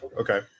Okay